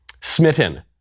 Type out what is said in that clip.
smitten